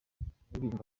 bizimana